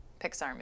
Pixar